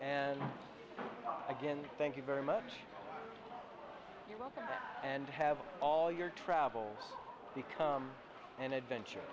and again thank you very much and have all your travel become an adventure